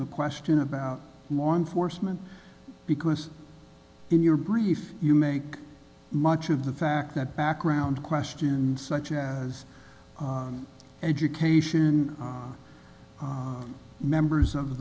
the question about law enforcement because in your brief you make much of the fact that background questions such as education members of